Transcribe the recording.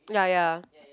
ya ya